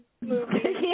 movie